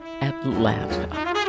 Atlanta